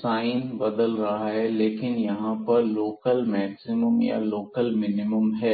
sign बदल रहा है लेकिन यहां पर लोकल मैक्सिमम या लोकल मिनिमम है